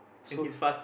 so